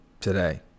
Today